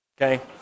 Okay